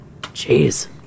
Jeez